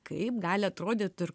kaip gali atrodyt ir